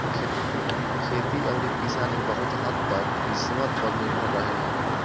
खेती अउरी किसानी बहुत हद्द तक किस्मत पर निर्भर रहेला